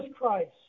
Christ